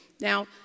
Now